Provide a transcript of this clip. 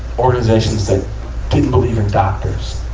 organizations that didn't believe in doctors.